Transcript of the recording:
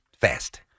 fast